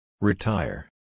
Retire